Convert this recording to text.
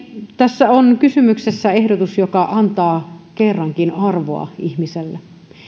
tässä on kysymyksessä ehdotus joka antaa kerrankin arvoa ihmiselle